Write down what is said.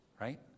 right